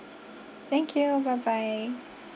thank you bye bye